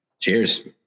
Cheers